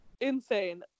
insane